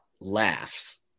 laughs